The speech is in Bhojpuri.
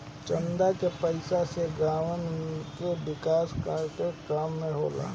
चंदा के पईसा से गांव के विकास के काम होला